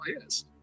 Yes